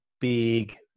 big